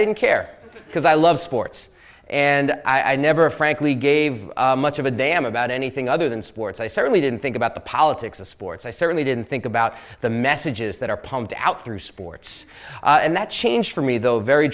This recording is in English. didn't care because i love sports and i never frankly gave much of a damn about anything other than sports i certainly didn't think about the politics of sports i certainly didn't think about the messages that are pumped out through sports and that changed for me though very